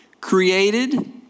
created